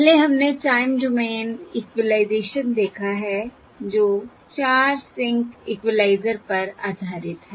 पहले हमने time domain equalisation देखा है जो 4 सिंक इक्वलाइज़र पर आधारित है